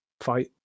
fight